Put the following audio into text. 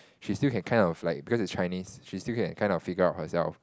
she still can kind of like because it's Chinese she can still kind of figure out herself